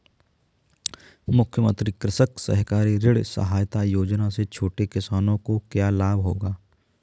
मुख्यमंत्री कृषक सहकारी ऋण सहायता योजना से छोटे किसानों को क्या लाभ होगा?